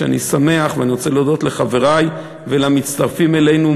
אני שמח ואני רוצה להודות לחברי ולמצטרפים אלינו,